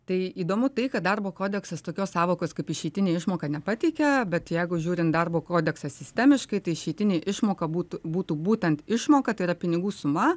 tai įdomu tai kad darbo kodeksas tokios sąvokos kaip išeitinė išmoka nepateikia bet jeigu žiūrint darbo kodeksą sistemiškai tai išeitinė išmoka būtų būtų būtent išmoka tai yra pinigų suma